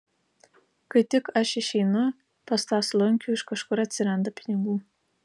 kai tik aš išeinu pas tą slunkių iš kažkur atsiranda pinigų